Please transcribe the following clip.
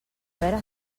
veure